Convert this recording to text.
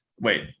wait